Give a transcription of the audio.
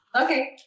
Okay